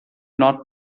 not